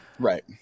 right